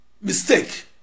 mistake